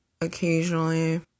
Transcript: occasionally